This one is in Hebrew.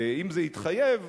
ואם זה התחייב,